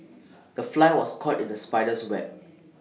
the fly was caught in the spider's web